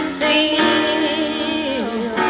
feel